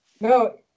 No